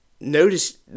notice